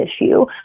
issue